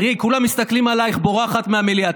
תראי, כולם מסתכלים עלייך בורחת מהמליאה.